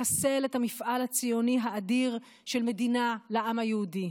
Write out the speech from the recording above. מחסל את המפעל הציוני האדיר של מדינה לעם היהודי.